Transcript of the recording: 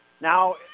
Now